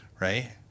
right